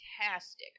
fantastic